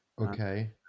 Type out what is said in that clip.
Okay